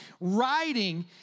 writing